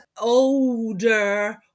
older